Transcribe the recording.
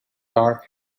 dark